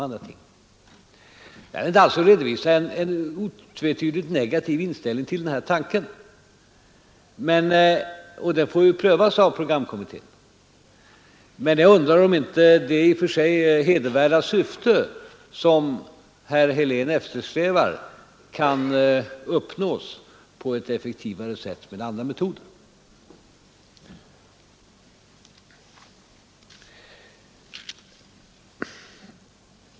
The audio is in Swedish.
Jag vill inte alls redovisa en otvetydigt negativ inställning till den här tanken — den får ju prövas av programkommittén — men jag undrar om inte det i och för sig hedervärda mål som herr Helén eftersträvar kan uppnås på ett effektivare sätt med andra metoder.